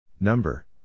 Number